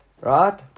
Right